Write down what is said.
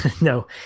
no